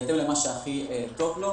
בהתאם למה שהכי טוב לו.